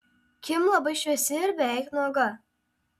kim labai šviesi ir beveik nuoga